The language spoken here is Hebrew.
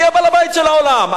אני בעל-הבית של העולם,